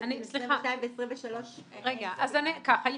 אני שמחה על